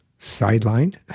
sidelined